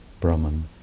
Brahman